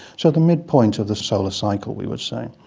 so the midpoint of the solar cycle, we would say.